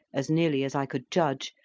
as nearly as i could judge,